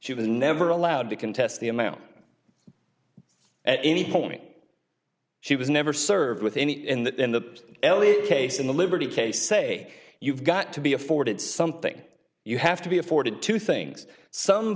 she was never allowed to contest the amount at any point she was never served with any in the ele case in the liberty case say you've got to be afforded something you have to be afforded two things some